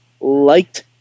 liked